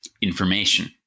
information